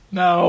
no